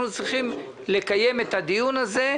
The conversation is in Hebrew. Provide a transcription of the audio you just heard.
אנחנו צריכים לקיים את הדיון הזה.